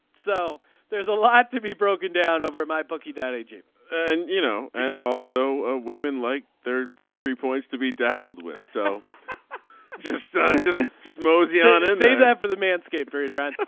so there's a lot to be broken down over my bookie that you and you know and also ah women like their entry points to be dabbled with. so just just just mosey on and say that for the landscape period right